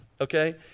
okay